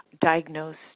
diagnosed